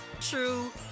true